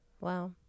Wow